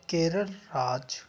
Kerala Raj